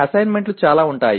అసైన్మెంట్లు చాలా ఉంటాయి